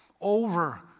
over